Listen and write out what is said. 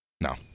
No